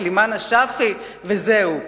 סלימאן א-שאפי וזהו.